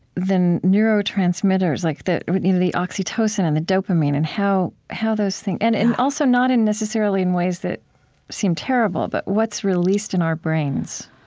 the neurotransmitters, like the the oxytocin and the dopamine and how how those things and and also not necessarily in ways that seem terrible, but what's released in our brains,